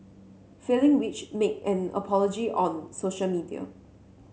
failing which make an apology on social media